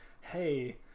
hey